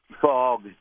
Fog